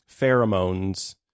pheromones